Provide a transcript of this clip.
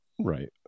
right